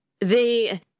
They